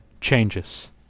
changes